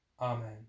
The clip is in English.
Amen